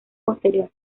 posterior